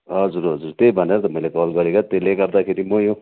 हजुर हजुर त्यही भनेर त मैले कल गरेको त्यसले गर्दाखेरि म